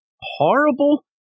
horrible